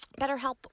BetterHelp